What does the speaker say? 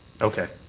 okay.